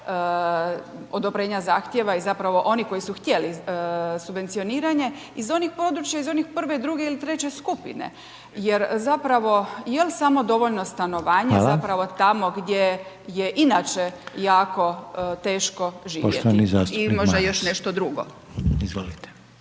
odobrenja zahtijeva i zapravo oni koji su htjeli subvencioniranje iz onih područja iz onih prve, druge ili treće skupine jer zapravo jel samo dovoljno stanovanje …/Upadica: Hvala./… zapravo tamo gdje je inače jako teško živjeti ili možda još nešto drugo. **Reiner,